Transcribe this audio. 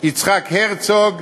יצחק הרצוג,